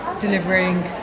delivering